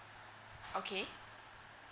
okay